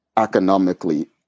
economically